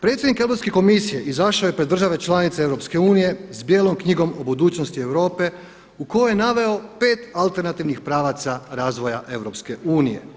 Predsjednik Europske komisije izašao je pred države članice EU s Bijelom knjigom o budućnosti Europe u kojoj je naveo pet alternativnih pravaca razvoja EU.